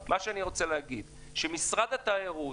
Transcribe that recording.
אם משרד התיירות